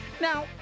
Now